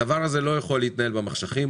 הדבר הזה לא יכול להתנהל במחשכים,